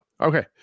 Okay